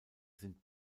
sind